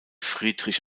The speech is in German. friedrich